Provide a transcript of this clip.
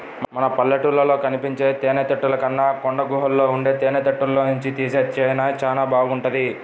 మన పల్లెటూళ్ళలో కనిపించే తేనెతుట్టెల కన్నా కొండగుహల్లో ఉండే తేనెతుట్టెల్లోనుంచి తీసే తేనె చానా బాగుంటది